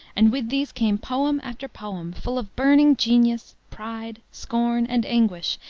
and with these came poem after poem, full of burning genius, pride, scorn, and anguish,